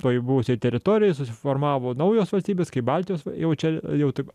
toj buvusioj teritorijoj susiformavo naujos valstybės kaip baltijos jau čia jau taip